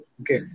okay